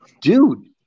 dude